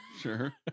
Sure